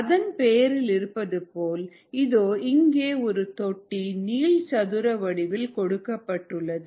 அதன் பெயரில் இருப்பதுபோல் இதோ இங்கே ஒரு தொட்டி நீள்சதுர வடிவில் கொடுக்கப்பட்டுள்ளது